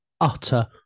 utter